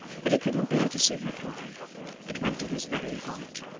but he couldn't bear to see her cry it went to his very heart.